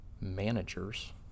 managers